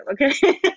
okay